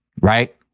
Right